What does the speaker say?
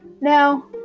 Now